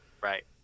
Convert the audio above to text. right